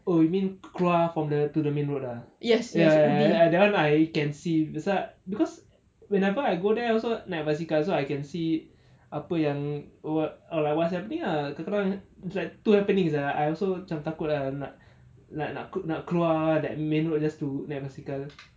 oh you mean keluar from the to the main road ah yes I that one I can see beside because whenever I go there I also naik basikal so I can see apa yang wha~ or like what's happening ah kata orang too happening sia I also macam takut ah nak nak nak nak keluar that main road just to naik basikal